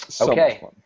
Okay